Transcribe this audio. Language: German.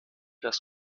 das